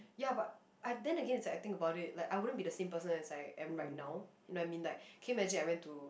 ya but I then again is like I think about it like I wouldn't be the same person as I am right now you know what I mean can you imagine I went to